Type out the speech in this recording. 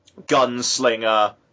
gunslinger